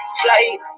flight